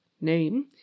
name